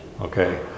okay